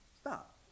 Stop